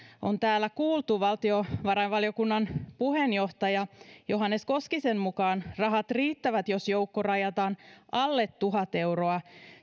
on kuultu valtiovarainvaliokunnan puheenjohtaja johannes koskisen mukaan rahat riittävät jos joukko rajataan alle tuhat euroa